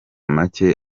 make